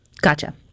Gotcha